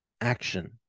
action